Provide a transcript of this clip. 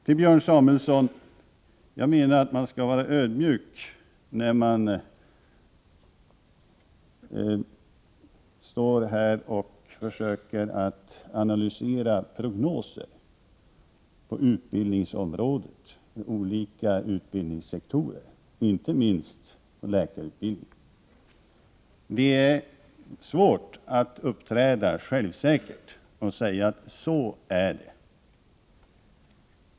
Till Björn Samuelson: Jag menar att man skall vara ödmjuk när man försöker analysera prognoser för olika utbildningssektorer, inte minst när det gäller läkarutbildningen. Det är svårt att självsäkert hävda att det förhåller sig på ett visst sätt.